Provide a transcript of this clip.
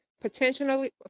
potentially